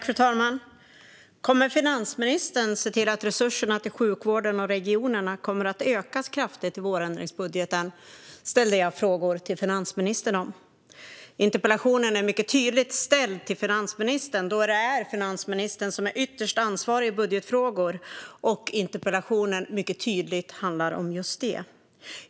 Fru talman! Kommer finansministern att se till att resurserna till sjukvården och regionerna ökas kraftigt i vårändringsbudgeten? frågade jag finansministern. Interpellationen är mycket tydligt ställd till finansministern, då det är finansministern som är ytterst ansvarig i budgetfrågor och interpellationen tydligt handlar om just det.